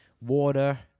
water